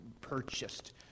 purchased